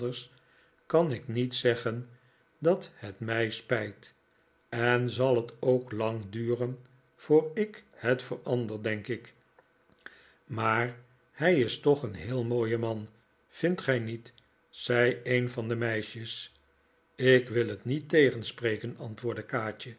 kan ik niet zeggen dat het mij spijt en zal het ook lang duren voor ik het verander denk ik maar hij is toch een heel mooie man vindt gij niet zei een van de meisjes ik wil het niet tegenspreken antwoordde kaatje